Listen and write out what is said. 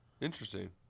Interesting